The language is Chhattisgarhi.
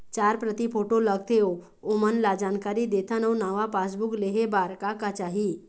चार प्रति फोटो लगथे ओमन ला जानकारी देथन अऊ नावा पासबुक लेहे बार का का चाही?